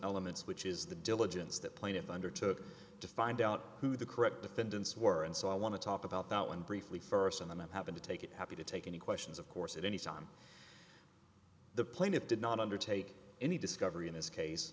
elements which is the diligence that plaintiff undertook to find out who the correct defendants were and so i want to talk about that one briefly first on them having to take it happy to take any questions of course at any time the plaintiff did not undertake any discovery in this case